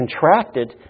contracted